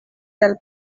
del